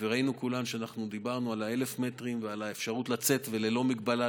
ראינו שדיברנו על 1,000 מטר ועל האפשרות לצאת ולעשות